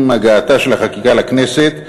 עם הגעתה של החקיקה לכנסת,